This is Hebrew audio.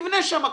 יבנה שם.